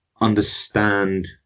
understand